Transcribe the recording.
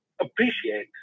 appreciate